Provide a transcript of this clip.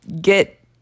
get